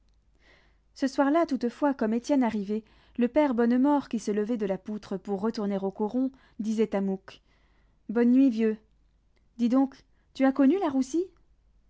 ce soir-là toutefois comme étienne arrivait le père bonnemort qui se levait de la poutre pour retourner au coron disait à mouque bonne nuit vieux dis donc tu as connu la roussie